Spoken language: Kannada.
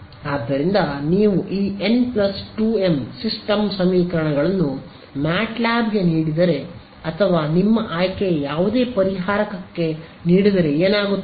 ಆದ್ದರಿಂದ ನೀವು ಈ n 2m ಸಿಸ್ಟಮ್ ಸಮೀಕರಣಗಳನ್ನು ಮ್ಯಾಟ್ಲ್ಯಾಬ್ಗೆ ನೀಡಿದರೆ ಅಥವಾ ನಿಮ್ಮ ಆಯ್ಕೆಯ ಯಾವುದೇ ಪರಿಹಾರಕಕ್ಕೆ ನೀಡುದರೆ ಏನಾಗುತ್ತದೆ